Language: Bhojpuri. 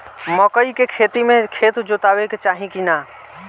मकई के खेती मे खेत जोतावे के चाही किना?